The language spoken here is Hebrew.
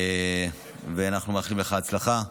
ואנחנו מאחלים לך הצלחה.